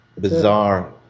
bizarre